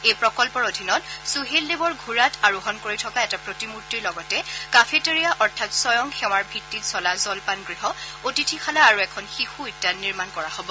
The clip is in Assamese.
এই প্ৰকল্পৰ অধীনত সুহেল দেবৰ ঘোঁৰত আৰোহণ কৰি থকা এটা প্ৰতিমূৰ্তিৰ লগতে কাফেতেৰিয়া অৰ্থাৎ স্বয়ং সেৱাৰ ভিত্তিত চলা জলপান গৃহ অতিথিশালা আৰু এখন শিশু উদ্যান নিৰ্মাণ কৰা হব